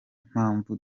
mpamvu